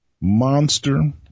monster